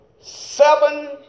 seven